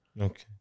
Okay